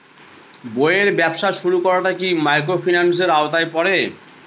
বইয়ের ব্যবসা শুরু করাটা কি মাইক্রোফিন্যান্সের আওতায় পড়বে?